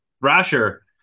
rasher